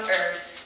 earth